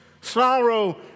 Sorrow